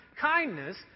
kindness